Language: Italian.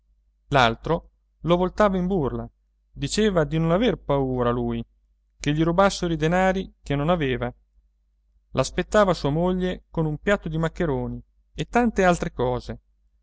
l'altro la voltava in burla diceva di non aver paura lui che gli rubassero i denari che non aveva l'aspettava sua moglie con un piatto di maccheroni e tante altre cose